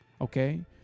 okay